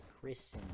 Chris